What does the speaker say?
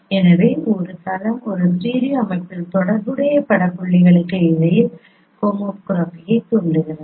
எனவே ஒரு தளம் ஒரு ஸ்டீரியோ அமைப்பில் தொடர்புடைய பட புள்ளிகளுக்கு இடையில் ஹோமோகிராஃபியைத் தூண்டுகிறது